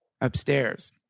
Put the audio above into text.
upstairs